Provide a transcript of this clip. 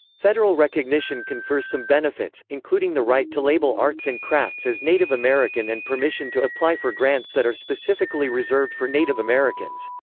federal recognition confers some benefits including the right to label arts and crafts as native american and permission to apply for grants that are specifically reserved for native americans.